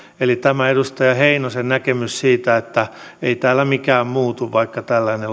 tämä edustaja heinosen näkemys siitä että ei täällä mikään muutu vaikka